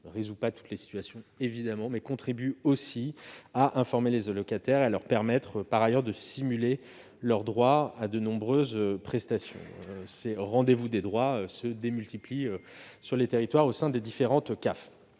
de résoudre toutes les situations, contribue aussi à informer les allocataires et à leur permettre de simuler leurs droits à de nombreuses prestations. Ces rendez-vous des droits se multiplient dans les territoires au sein des différentes CAF.